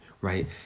right